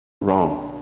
wrong